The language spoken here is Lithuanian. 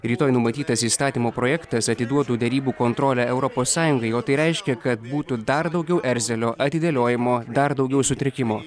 rytoj numatytas įstatymo projektas atiduotų derybų kontrolę europos sąjungai o tai reiškia kad būtų dar daugiau erzelio atidėliojimo dar daugiau sutrikimų